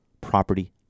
property